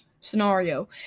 scenario